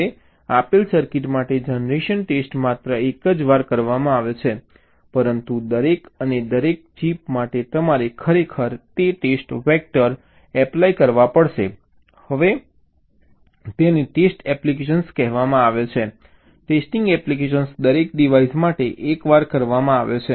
હવે આપેલ સર્કિટ માટે જનરેશન ટેસ્ટ માત્ર એક જ વાર કરવામાં આવે છે પરંતુ દરેક અને દરેક ચિપ માટે તમારે ખરેખર તે ટેસ્ટ વેક્ટર એપ્લાય કરવા પડશે તેને ટેસ્ટ એપ્લિકેશન કહેવામાં આવે છે ટેસ્ટિંગ એપ્લિકેશન દરેક ડિવાઇસ માટે એકવાર કરવામાં આવે છે